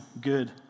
good